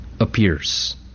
Appears